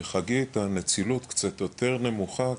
הנדסה ותחזוקה מרחבית.